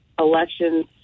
elections